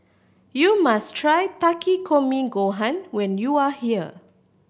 you must try Takikomi Gohan when you are here